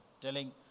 Telling